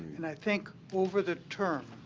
and i think over the term,